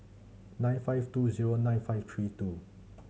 nine five two zero nine five three two